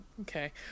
Okay